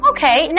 Okay